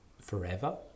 forever